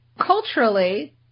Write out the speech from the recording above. culturally